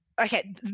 okay